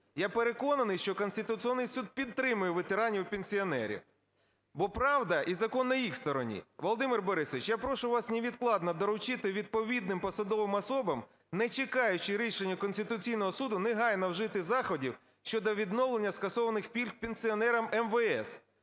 Я переконаний, що Конституційний Суд підтримає ветеранів-пенсіонерів, бо правда і закон на їх стороні. Володимир Борисович, я прошу вас невідкладно доручити відповідним посадовим особам, не чекаючи рішення Конституційного Суду, негайно вжити заходів щодо відновлення скасованих пільг пенсіонерам МВС.